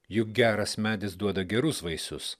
juk geras medis duoda gerus vaisius